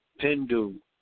Pindu